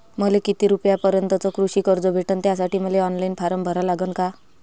मले किती रूपयापर्यंतचं कृषी कर्ज भेटन, त्यासाठी मले ऑनलाईन फारम भरा लागन का?